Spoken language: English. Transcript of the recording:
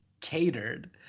catered